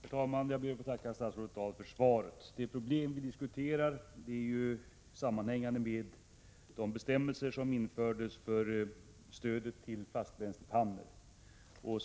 Herr talman! Jag ber att få tacka statsrådet Dahl för svaret. Det problem vi diskuterar sammanhänger med de bestämmelser som infördes för stödet till fastbränslepannor.